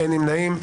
אין נמנעים.